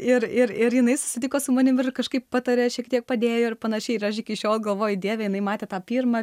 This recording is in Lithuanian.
ir ir ir jinai susitiko su manim ir kažkaip patarė šiek tiek padėjo ir panašiai ir aš iki šiol galvoju dieve jinai matė tą pirmą